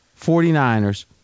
49ers